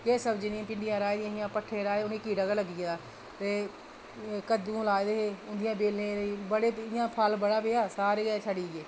किश सब्ज़ी निं भिंडियां राही दियां हियां भट्ठे राहे दे हे उ'नेंगी कीड़ा ई लग्गी गेआ ते कद्दू लाए दे हे ते उं'दी बेलें ई फल बड़ा पेआ ते सारे गै सड़ी गे